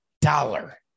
dollar